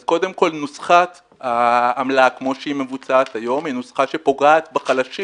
אז קודם כל נוסחת העמלה כמו שהיא מבוצעת היום היא נוסחה שפוגעת בחלשים.